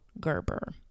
Gerber